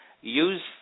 Use